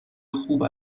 خوب